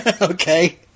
Okay